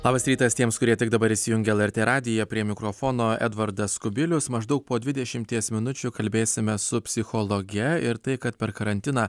labas rytas tiems kurie tik dabar įsijungė lrt radiją prie mikrofono edvardas kubilius maždaug po dvidešimties minučių kalbėsime su psichologe ir tai kad per karantiną